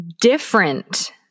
different